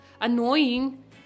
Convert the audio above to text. annoying